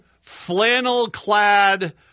flannel-clad